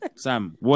Sam